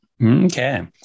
okay